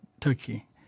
Turkey